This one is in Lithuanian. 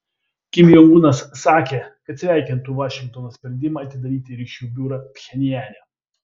kim jong unas sakė kad sveikintų vašingtono sprendimą atidaryti ryšių biurą pchenjane